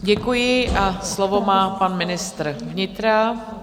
Děkuji a slovo má pan ministr vnitra.